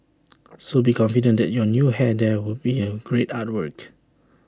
so be confident that your new hair there would be A great artwork